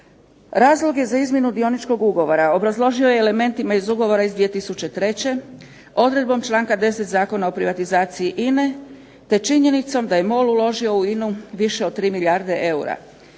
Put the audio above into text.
Razloge za izmjenu Dioničkog ugovora obrazložio je elementima iz ugovora iz 2003. odredbom članka 10. Zakona o privatizaciji INA-e te činjenicom da je MOL uložio u INA-u više od 3 milijarde eura.